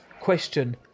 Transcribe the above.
question